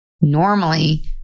Normally